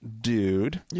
dude